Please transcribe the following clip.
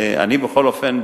אני בכל אופן,